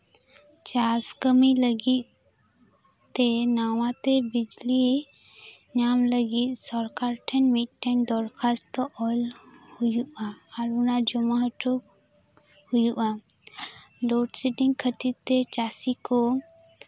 ᱪᱟᱥ ᱠᱟᱹᱢᱤ ᱞᱟᱹᱜᱤᱫ ᱛᱮ ᱱᱟᱣᱟᱛᱮ ᱵᱤᱡᱽᱞᱤ ᱧᱟᱢ ᱞᱟᱹᱜᱤᱫ ᱥᱚᱨᱠᱟᱨ ᱴᱷᱮᱱ ᱢᱤᱫᱴᱮᱱ ᱫᱚᱨᱠᱷᱟᱥᱛᱚ ᱚᱞ ᱦᱩᱭᱩᱜᱼᱟ ᱟᱨ ᱚᱱᱟ ᱡᱚᱢᱟ ᱦᱚᱴᱚ ᱦᱩᱭᱩᱜᱼᱟ ᱞᱳᱰ ᱥᱮᱰᱤᱝ ᱠᱷᱟᱹᱛᱤᱨ ᱛᱮ ᱪᱟᱹᱥᱤ ᱠᱚ